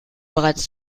bereits